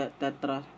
tetra